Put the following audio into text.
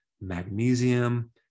magnesium